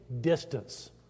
distance